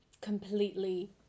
completely